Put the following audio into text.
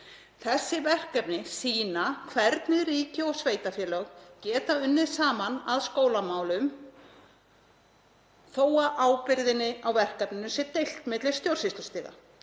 Þessi verkefni sýna hvernig ríki og sveitarfélög geta unnið saman að skólamálum þó að ábyrgðinni á verkefninu sé deilt milli stjórnsýslustiga.